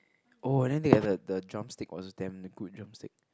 oh then they have the the drumstick was damn good drumstick